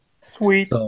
Sweet